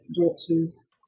daughters